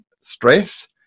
stress